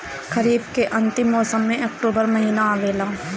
खरीफ़ के अंतिम मौसम में अक्टूबर महीना आवेला?